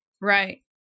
Right